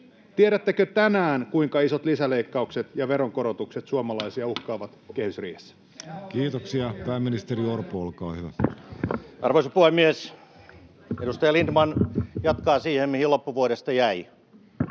tiedättekö tänään, kuinka isot lisäleikkaukset ja veronkorotukset suomalaisia uhkaavat kehysriihessä? Kiitoksia. — Pääministeri Orpo, olkaa hyvä. Arvoisa puhemies! Edustaja Lindtman jatkaa siitä, mihin loppuvuodesta jäi,